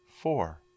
four